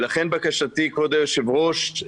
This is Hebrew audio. לכן בקשתי כבוד היושב ראש,